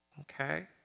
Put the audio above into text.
Okay